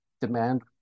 demand